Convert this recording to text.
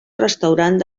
restaurant